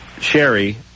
Sherry